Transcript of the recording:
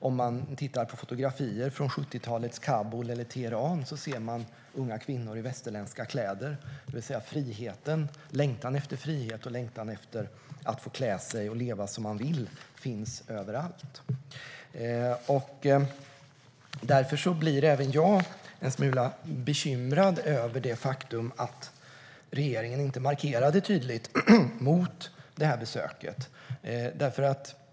Om man tittar på fotografier från 70-talets Kabul eller Teheran ser man unga kvinnor i västerländska kläder, det vill säga längtan efter frihet och efter att få klä sig och leva som man vill finns överallt. Därför blir även jag en smula bekymrad över det faktum att regeringen inte markerade tydligt mot besöket.